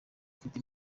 afite